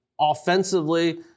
offensively